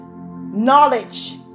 Knowledge